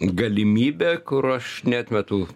galimybė kur aš neatmetu